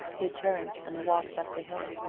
he turned and walked up the hill.